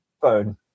phone